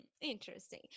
interesting